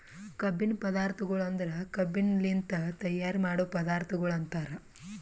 ಕಬ್ಬಿನ ಪದಾರ್ಥಗೊಳ್ ಅಂದುರ್ ಕಬ್ಬಿನಲಿಂತ್ ತೈಯಾರ್ ಮಾಡೋ ಪದಾರ್ಥಗೊಳ್ ಅಂತರ್